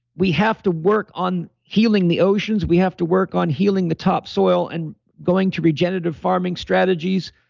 we have to work on healing the oceans, we have to work on healing the top soil and going to regenerative farming strategies.